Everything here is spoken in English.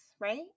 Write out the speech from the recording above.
right